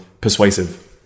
persuasive